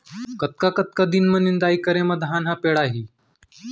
कतका कतका दिन म निदाई करे म धान ह पेड़ाही?